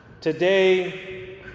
Today